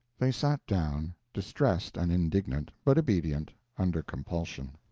they sat down, distressed and indignant, but obedient, under compulsion.